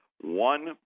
one